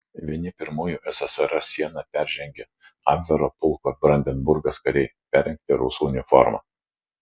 vieni pirmųjų ssrs sieną peržengė abvero pulko brandenburgas kariai perrengti rusų uniforma